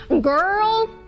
Girl